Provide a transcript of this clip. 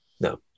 No